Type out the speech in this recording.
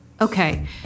Okay